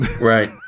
Right